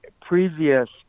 previous